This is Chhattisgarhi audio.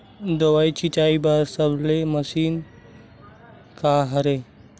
दवाई छिंचे बर सबले मशीन का हरे?